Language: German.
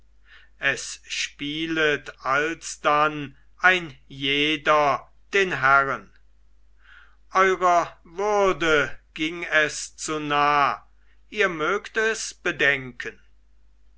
es spielet alsdann ein jeder den herren eurer würde ging es zu nah ihr mögt es bedenken